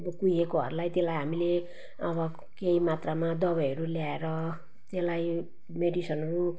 कुहेकोहरूलाई त्यसलाई हामीले अब केही मात्रामा दबाईहरू ल्याएर त्यसलाई मेडिसनहरू